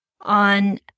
on